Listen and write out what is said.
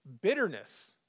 bitterness